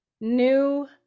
new